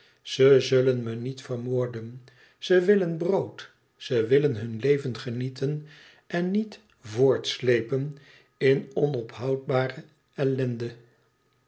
ze zullen me niet vermoorden ze willen brood ze willen hun leven genieten en niet voortslepen in onophoud bare ellende